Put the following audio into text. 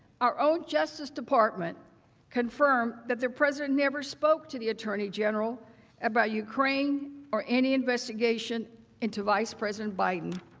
our own justice department confirmed that the president never spoke to the attorney general about ukraine or any investigation into vice president biden.